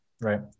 right